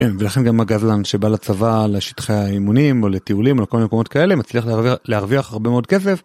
ולכן גם הגזלן שבא לצבא, לשטחי האימונים, או לטיולים ולכל מקומות כאלה, מצליח להרוויח הרבה מאוד כסף.